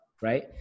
Right